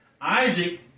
Isaac